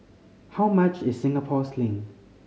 how much is Singapore Sling